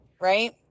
right